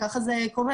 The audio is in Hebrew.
ככה זה קורה.